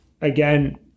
again